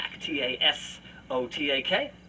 T-A-S-O-T-A-K